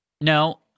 no